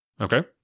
Okay